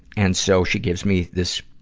and so, she gives me this,